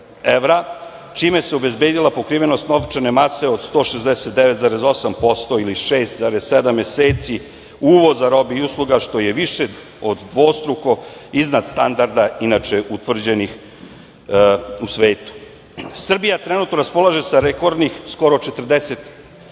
čime se obezbedila pokrivenost novčane mase od 169,8% ili 6,7 meseci uvoza robe i usluga što je više od dvostruko iznad standarda, inače utvrđenih u svetu. Srbija trenutno raspolaže sa rekordnih skoro 40